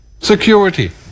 Security